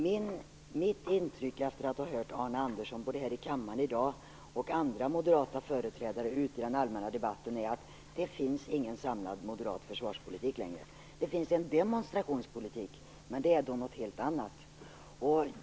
Mitt intryck både efter att ha hört Arne Andersson här i kammaren i dag och andra moderata företrädare ute i den allmänna debatten är att det inte längre finns någon samlad moderat försvarspolitik. Det finns en demonstrationspolitik, men det är något helt annat.